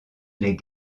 les